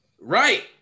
Right